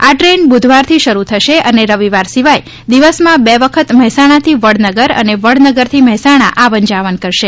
આ ટ્રેન બુધવારથી શરૂ થશે અને રવિવાર સિવાય દિવસામાં બે વખત મહેસાણાથી વડનગર અને વડનગરથી મહેસાણા આવન જાવન કરશે